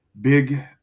big